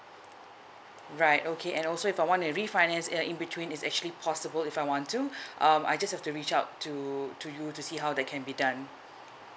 right okay and also if I wanna refinance uh in between it's actually possible if I want to um I just have to reach out to to you to see how that can be done